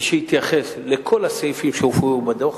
ושיתייחס לכל הסעיפים שהופיעו בדוח.